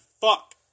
fuck